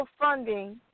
funding